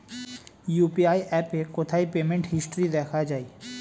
UPI অ্যাপে কোথায় payment history দেখা যায়?